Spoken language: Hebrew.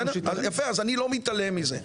יפה, אז אני לא מתעלם מזה.